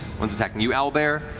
one's attacking you, owlbear,